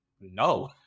No